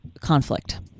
conflict